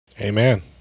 Amen